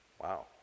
Wow